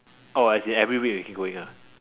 oh as in every week we can go in ah